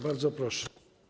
Bardzo proszę.